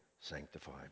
sanctified